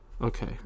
Okay